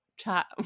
Chat